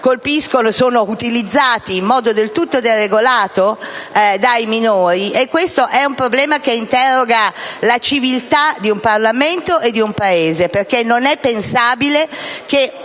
*online* sono utilizzati in modo del tutto deregolato dai minori. Questo è un problema che interroga la civiltà di un Parlamento e di un Paese. Non è pensabile,